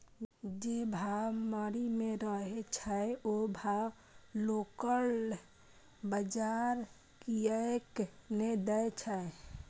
जे भाव मंडी में रहे छै ओ भाव लोकल बजार कीयेक ने दै छै?